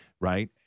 Right